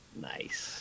Nice